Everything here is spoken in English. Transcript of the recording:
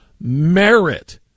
merit